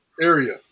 area